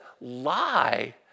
lie